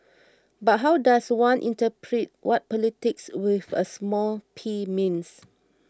but how does one interpret what politics with a small P means